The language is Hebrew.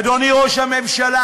אדוני ראש הממשלה,